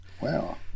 Wow